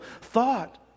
thought